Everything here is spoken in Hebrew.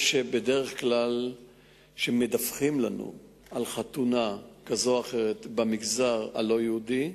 או בדרך כלל כשמדווחים לנו על חתונה כזאת או אחרת במגזר הלא-יהודי,